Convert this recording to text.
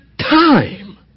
time